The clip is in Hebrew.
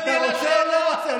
אתה רוצה או לא רוצה?